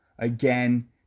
Again